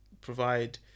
provide